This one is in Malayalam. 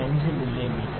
5 മില്ലിമീറ്റർ